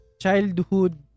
childhood